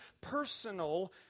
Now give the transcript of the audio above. personal